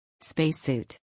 Spacesuit